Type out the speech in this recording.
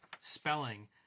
spelling